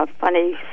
funny